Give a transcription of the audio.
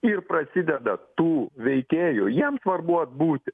ir prasideda tų veikėjų jiems svarbu atbūti